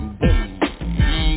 boom